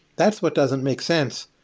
that's what doesn't make sense.